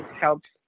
helps